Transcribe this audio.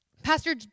Pastor